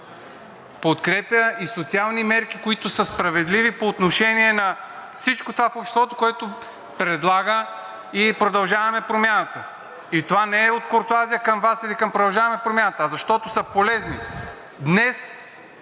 подкрепя и социални мерки, които са справедливи по отношение на всичко това в обществото, което предлага и „Продължаваме Промяната“, и това не е от куртоазия към Вас или към „Продължаваме Промяната“, а защото са полезни. Днес